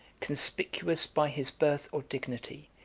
conspicuous by his birth or dignity,